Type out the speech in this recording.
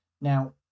Now